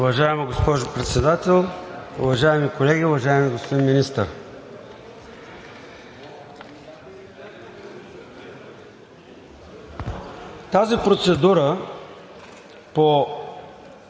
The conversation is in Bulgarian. Уважаема госпожо Председател, уважаеми колеги, уважаеми господин Министър! Тази процедура по